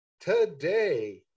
today